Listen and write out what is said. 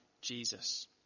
Jesus